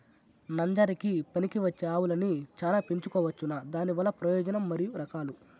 నంజరకి పనికివచ్చే ఆవులని చానా పెంచుకోవచ్చునా? దానివల్ల ప్రయోజనం మరియు రకాలు?